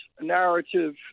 narrative